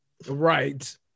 right